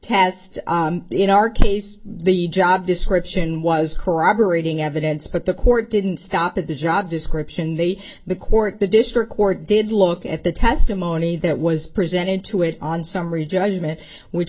test in our case the job description was corroborating evidence but the court didn't stop at the job description the the court the district court did look at the testimony that was presented to it on summary judgment which